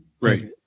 Right